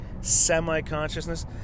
semi-consciousness